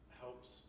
helps